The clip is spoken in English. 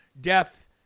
death